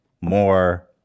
more